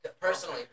Personally